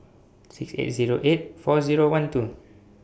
six eight Zero eight four Zero one two